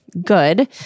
Good